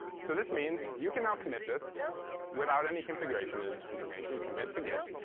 so this means you can now commit this without any configuration and information. you commit it to git.